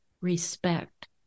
respect